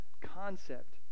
concept